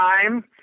time